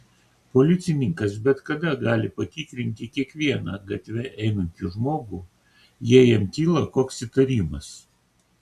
policininkas bet kada gali patikrinti kiekvieną gatve einantį žmogų jei jam kyla koks įtarimas